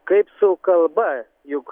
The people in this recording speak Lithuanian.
kaip su kalba juk